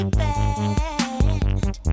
bad